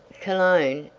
cologne!